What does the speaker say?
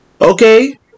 Okay